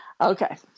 Okay